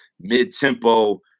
mid-tempo